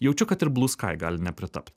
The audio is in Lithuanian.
jaučiu kad ir blue sky gali nepritapti